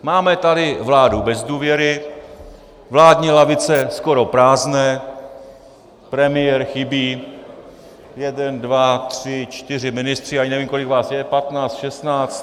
Máme tady vládu bez důvěry, vládní lavice skoro prázdné, premiér chybí, jeden, dva, tři, čtyři ministři ani nevím, kolik vás je, 15, 16.